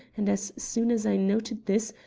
and as soon as i noted this,